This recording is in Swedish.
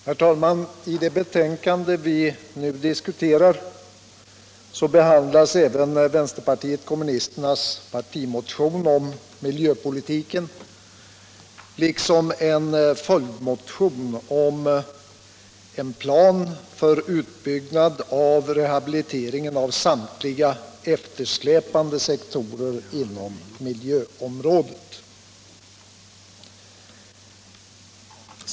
Herr talman! I det betänkande som vi nu diskuterar behandlas även vänsterpartiet kommunisternas partimotion om miljöpolitiken liksom en följdmotion om en plan för utbyggnad av rehabiliteringen av samtliga eftersläpande sektorer inom miljöområdet.